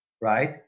right